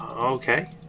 okay